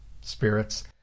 spirits